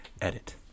Edit